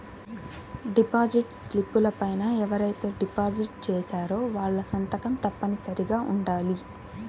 deposit స్లిపుల పైన ఎవరైతే డిపాజిట్ చేశారో వాళ్ళ సంతకం తప్పనిసరిగా ఉండాలి